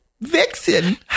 Vixen